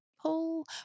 pull